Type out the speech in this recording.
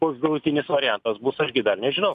koks galutinis variantas bus aš gi dar nežinau